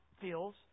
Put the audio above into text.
feels